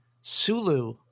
Sulu